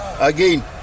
again